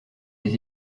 des